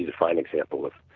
and fine example of